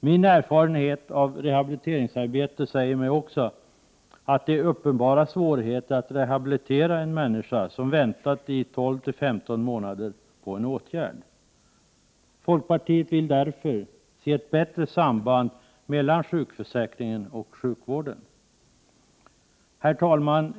Min erfarenhet från rehabiliteringsarbete säger också att svårigheterna att rehabilitera en människa som väntat i 12-15 månader på en åtgärd är uppenbara. Folkpartiet vill därför se ett bättre samband mellan sjukförsäkringen och sjukvården. Herr talman!